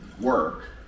work